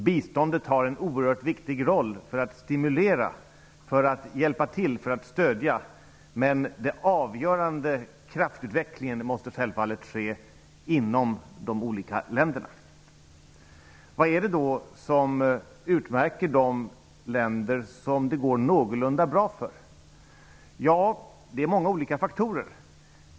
Biståndet har en oerhört viktig roll för att stimulera, för att bidra till att stödja, men den avgörande kraftutvecklingen måste ske inom de olika länderna. Vad är det då som utmärker de länder som det går någorlunda bra för? Ja, det är många olika faktorer.